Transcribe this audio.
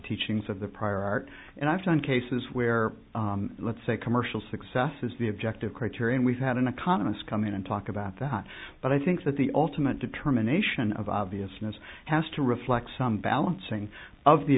teachings of the prior art and i've done cases where let's say commercial success is the objective criterion we've had an economist come in and talk about that but i think that the ultimate determination of obviousness has to reflect some balancing of the